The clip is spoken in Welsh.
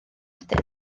wedyn